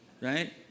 Right